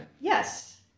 yes